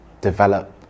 develop